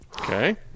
Okay